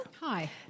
Hi